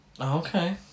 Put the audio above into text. Okay